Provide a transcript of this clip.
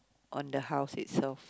on the house itself